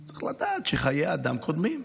צריך לדעת שחיי אדם קודמים.